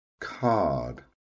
card